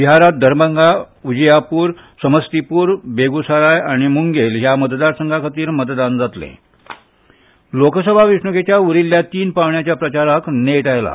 बिहारांत दरभंगा उजीयारपूर समस्तीपूर बेगुसराय आनी मुंगेल ह्या मतदारसंघां खातीर मतदान जातलें लोकसभा वेंचणूकेच्या उरिल्ल्या तीन पांवड्याच्या प्रचाराक नेट आयला